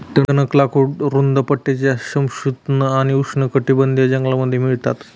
टणक लाकूड रुंद पट्ट्याच्या समशीतोष्ण आणि उष्णकटिबंधीय जंगलांमध्ये मिळतात